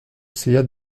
essaya